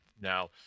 Now